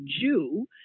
Jew